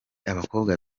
abakobwa